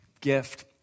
gift